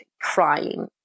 crying